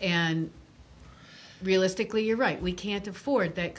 and realistically you're right we can't afford that